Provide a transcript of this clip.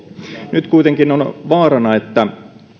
nyt kuitenkin on vaarana että